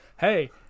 hey